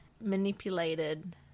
manipulated